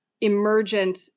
emergent